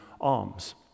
alms